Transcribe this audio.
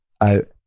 out